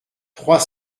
trois